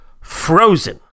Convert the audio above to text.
Frozen